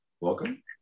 Welcome